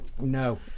no